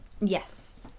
yes